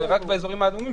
זה רק באזורים האדומים,